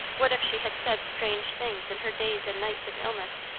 what if she had said strange things in her days and nights of illness?